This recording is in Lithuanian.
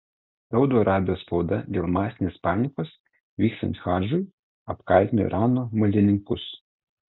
saudo arabijos spauda dėl masinės panikos vykstant hadžui apkaltino irano maldininkus